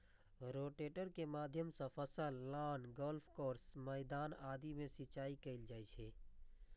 rotator के माध्यम सं फसल, लॉन, गोल्फ कोर्स, मैदान आदि मे सिंचाइ कैल जाइ छै